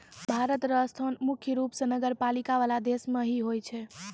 भारत र स्थान मुख्य रूप स नगरपालिका वाला देश मे ही होय छै